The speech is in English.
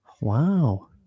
Wow